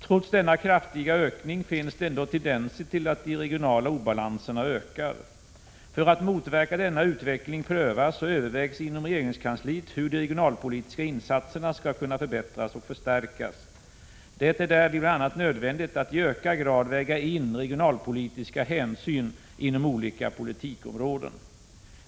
Trots denna kraftiga ökning finns det ändå tendenser till att de regionala obalanserna ökar. För att motverka denna utveckling prövas och övervägs inom regeringskansliet hur de regionalpolitiska insatserna skall kunna förbättras och förstärkas. Det är därvid bl.a. nödvändigt att i ökad grad väga in regionalpolitiska hänsyn inom olika politikområden.